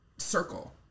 Circle